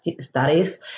studies